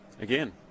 again